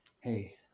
Hey